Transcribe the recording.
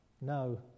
No